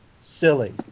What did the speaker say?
silly